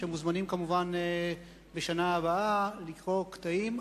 שמוזמנים כמובן בשנה הבאה לקרוא קטעים.